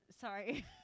Sorry